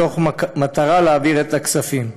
מתוך מטרה להעביר את הכספים.